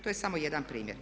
To je samo jedan primjer.